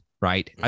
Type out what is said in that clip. right